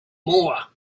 more